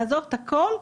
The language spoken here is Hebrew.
לעזוב את הכול,